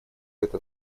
это